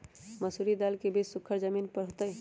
मसूरी दाल के बीज सुखर जमीन पर होतई?